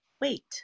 wait